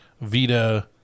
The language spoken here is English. Vita